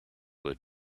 would